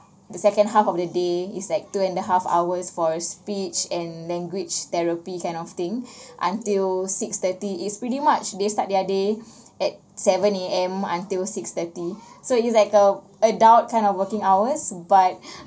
the second half of the day is like two and a half hours for a speech and language therapy kind of thing until six thirty is pretty much they start their day at seven A_M until six thirty so it's like uh adult kind of working hours but